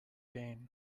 gain